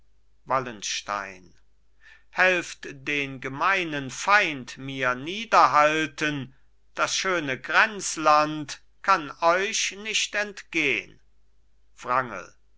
wallenstein helft den gemeinen feind mir niederhalten das schöne grenzland kann euch nicht entgehn wrangel